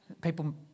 people